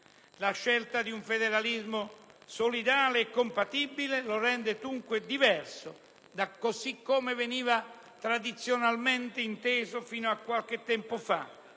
La scelta di un federalismo solidale e compatibile lo rende dunque diverso da come veniva tradizionalmente inteso fino a qualche tempo fa